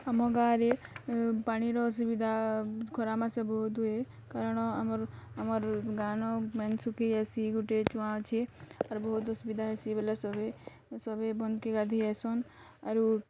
ଆମ ଗାଁରେ ପାଣିର ଅସୁବିଧା ଖରାମାସେ ବହୁତ୍ ହୁଏ କାରଣ ଆମର୍ ଆମର୍ ଗାଁନ ପାନି ଶୁଖିଯାଏସି ଗୋଟେ ଚୁଆଁ ଅଛି ଆର୍ ବହୁତ୍ ଅସୁବିଧା ହେଇସି ବେଲେ ସଭିଏଁ ବନ୍କେ ଗାଧେଇ ଯାଇସନ୍ ଆରୁ